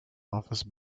office